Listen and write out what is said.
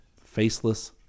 faceless